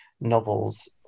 novels